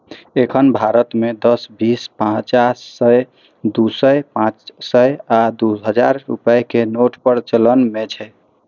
एखन भारत मे दस, बीस, पचास, सय, दू सय, पांच सय आ दू हजार रुपैया के नोट प्रचलन मे छै